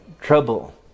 trouble